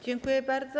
Dziękuję bardzo.